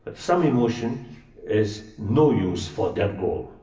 but some emotion is no use for that goal.